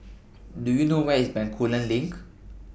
Do YOU know Where IS Bencoolen LINK